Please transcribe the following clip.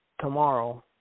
Tomorrow